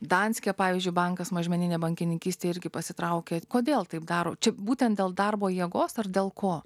danske pavyzdžiui bankas mažmeninė bankininkystė irgi pasitraukė kodėl taip daro čia būtent dėl darbo jėgos ar dėl ko